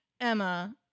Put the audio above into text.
Emma